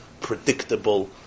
predictable